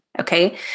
Okay